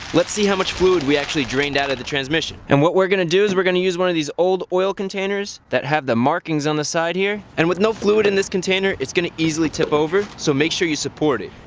let's see how much fluid we actually drained out of the transmission. and what we're going to do is we're going to use one of these old oil containers that have the markings on the side here and with no fluid in this container, it's going to easily tip over, so make sure you support it.